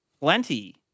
plenty